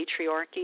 patriarchy